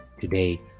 today